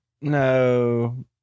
No